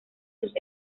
sus